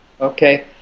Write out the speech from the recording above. okay